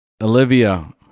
Olivia